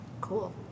cool